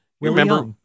Remember –